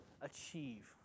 achieve